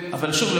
אבל שוב,